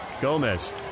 Gomez